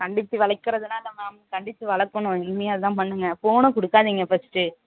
கண்டித்து வளர்க்குறதுலாம் இல்லை மேம் கண்டித்து வளர்க்குணும் இனிமேல் அதுதான் பண்ணுங்க ஃபோனை கொடுக்காதீங்க ஃபஸ்ட்டு